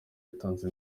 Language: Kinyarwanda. yatanze